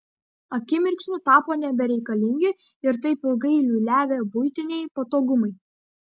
akimirksniu tapo nebereikalingi ir taip ilgai liūliavę buitiniai patogumai